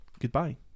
goodbye